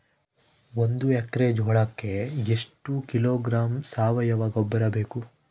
ಒಂದು ಎಕ್ಕರೆ ಜೋಳಕ್ಕೆ ಎಷ್ಟು ಕಿಲೋಗ್ರಾಂ ಸಾವಯುವ ಗೊಬ್ಬರ ಬೇಕು?